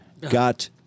got